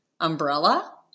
Umbrella